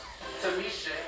Tamisha